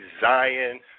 Zion